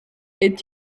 est